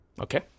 Okay